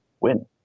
win